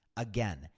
Again